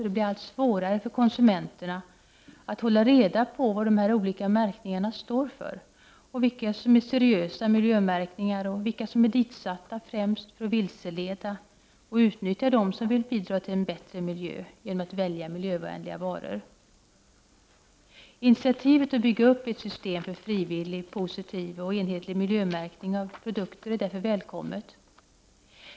Det blir allt svårare för konsumenten att hålla reda på vad de olika märkningarna står för, vilka som är seriösa miljömärkningar och vilka som är ditsatta främst för att vilseleda och utnyttja dem som vill bidra till en bättre miljö genom att välja miljövänliga varor. Initiativet till att bygga upp ett system för frivillig, positiv och enhetlig miljömärkning av produkter är därför välkommet.